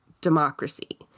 democracy